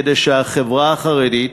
כדי שהחברה החרדית,